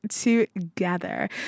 together